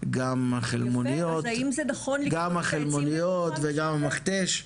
גם החלמוניות וגם המכתש,